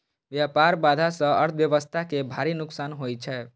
व्यापार बाधा सं अर्थव्यवस्था कें भारी नुकसान होइ छै